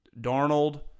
Darnold